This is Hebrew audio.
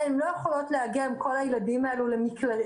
הן לא יכולות להגיע עם כל הילדים האלו למקלטים,